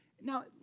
Now